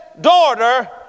Daughter